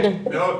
מאוד.